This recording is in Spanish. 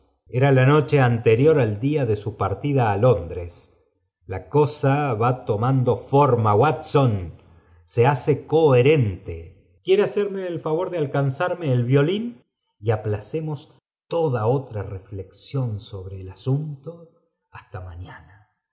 allí erada noche anterior al día de su partida á londres la cosa va tomando formas watson se hace coherente quiere hacerme el favor de alcanzarme e violín y aplacemos tóda otra reflexión sobre el asunto hasta mafiana